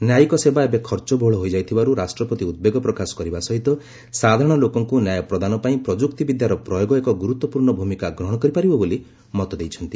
ନ୍ୟାୟିକ ସେବା ଏବେ ଖର୍ଚ୍ଚ ବହୁଳ ହୋଇଯାଇଥିବାରୁ ରାଷ୍ଟ୍ରପତି ଉଦ୍ବେଗ ପ୍ରକାଶ କରିବା ସହିତ ସାଧାରଣ ଲୋକଙ୍କୁ ନ୍ୟାୟ ପ୍ରଦାନ ପାଇଁ ପ୍ରଯୁକ୍ତିବିଦ୍ୟାର ପ୍ରୟୋଗ ଏକ ଗୁର୍ତ୍ୱପୂର୍ଣ୍ଣ ଭୂମିକା ଗ୍ରହଣ କରିପାରିବ ବୋଲି ମତ ଦେଇଛନ୍ତି